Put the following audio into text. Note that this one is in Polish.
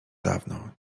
dawno